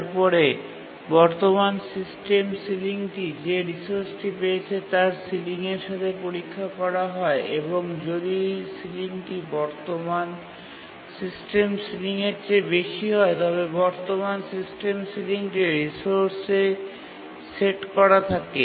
তারপরে বর্তমান সিস্টেম সিলিংটি যে রিসোর্সটি পেয়েছে তার সিলিংয়ের সাথে পরীক্ষা করা হয় এবং যদি সিলিংটি বর্তমান সিস্টেম সিলিংয়ের চেয়ে বেশি হয় তবে বর্তমান সিস্টেম সিলিংটি রিসোর্সে সেট করা থাকে